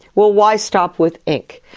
well, why stop with ink?